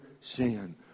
sin